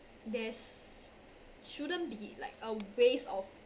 there's shouldn't be like a waste of